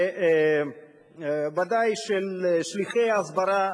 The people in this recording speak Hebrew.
וודאי ששליחי ההסברה,